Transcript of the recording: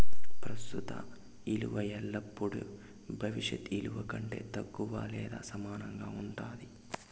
ప్రస్తుత ఇలువ ఎల్లపుడూ భవిష్యత్ ఇలువ కంటే తక్కువగా లేదా సమానంగా ఉండాది